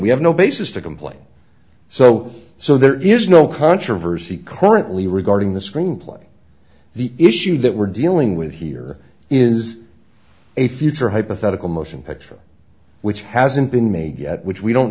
we have no basis to complain so so there is no controversy currently regarding the screenplay the issue that we're dealing with here is a future hypothetical motion picture which hasn't been made yet which we don't